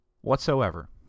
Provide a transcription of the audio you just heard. Whatsoever